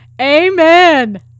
Amen